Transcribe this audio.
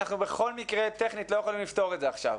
בכל מקרה מבחינה טכנית אנחנו לא יכולים לפתור את זה עכשיו.